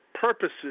purposes